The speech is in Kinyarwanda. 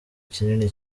kinini